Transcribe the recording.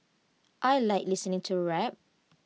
I Like listening to rap